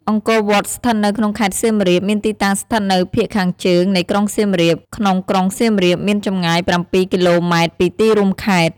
អង្គរវត្ត ស្ថិតនៅក្នុងខេត្តសៀមរាបមានទីតាំងស្ថិតនៅភាគខាងជើងនៃក្រុងសៀមរាប ក្នុងស្រុកសៀមរាប មានចម្ងាយ ៧ គីឡូម៉ែត្រ ពីទីរួមខេត្ត។